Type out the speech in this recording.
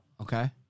Okay